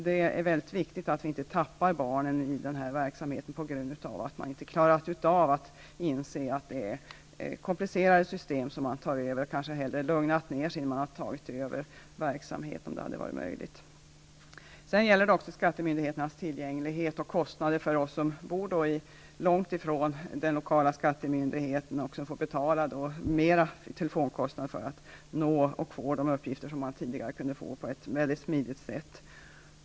Det är mycket viktigt att vi inte ''tappar'' barnen i den verksamheten på grund av att man inte har kunnat inse att man tar över komplicerade system. Om det hade varit möjligt borde man ha lugnat ner sig innan man tog över verksamheten. Denna fråga gäller också skattemyndigheternas tillgänglighet. De som bor långt ifrån den lokala skattemyndigheten får betala större telefonkostnader för att nå och få de uppgifter som de tidigare kunde få på ett mycket smidigt sätt.